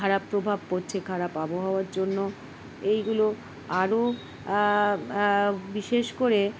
খারাপ প্রভাব পড়ছে খারাপ আবহাওয়ার জন্য এইগুলো আরও বিশেষ করে